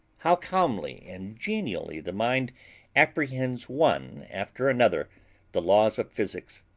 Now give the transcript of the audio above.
how calmly and genially the mind apprehends one after another the laws of physics!